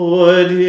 Lord